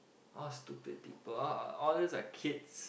all stupid people all all those are kids